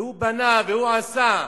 והוא בנה, והוא עשה.